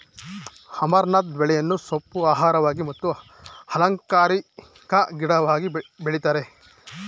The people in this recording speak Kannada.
ಅಮರ್ನಾಥ್ ಬೆಳೆಯನ್ನು ಸೊಪ್ಪು, ಆಹಾರವಾಗಿ ಮತ್ತು ಅಲಂಕಾರಿಕ ಗಿಡವಾಗಿ ಬೆಳಿತರೆ